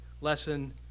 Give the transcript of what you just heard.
lesson